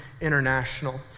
International